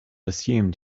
assumed